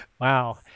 Wow